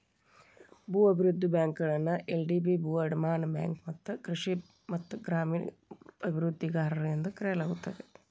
ಭೂ ಅಭಿವೃದ್ಧಿ ಬ್ಯಾಂಕುಗಳನ್ನ ಎಲ್.ಡಿ.ಬಿ ಭೂ ಅಡಮಾನ ಬ್ಯಾಂಕು ಮತ್ತ ಕೃಷಿ ಮತ್ತ ಗ್ರಾಮೇಣ ಅಭಿವೃದ್ಧಿಗಾರರು ಎಂದೂ ಕರೆಯಲಾಗುತ್ತದೆ